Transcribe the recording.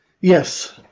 Yes